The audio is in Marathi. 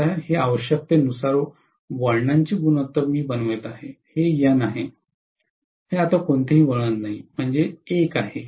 आता हे आवश्यकतेने वळणांचे गुणोत्तर बनवित आहे आणि हे N आहे हे आता कोणतेही वळण नाही म्हणजे 1 आहे